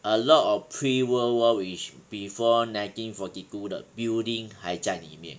a lot of pre world war which before nineteen forty two the building 还在里面